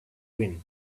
win